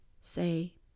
say